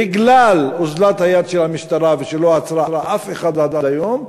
בגלל אוזלת היד של המשטרה שלא עצרה אף אחד עד היום,